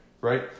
Right